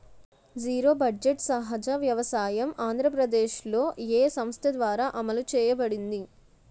Zero budget సహజ వ్యవసాయం ఆంధ్రప్రదేశ్లో, ఏ సంస్థ ద్వారా అమలు చేయబడింది?